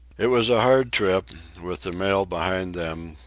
it was a hard trip, with the mail behind them,